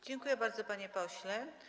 Dziękuję bardzo, panie pośle.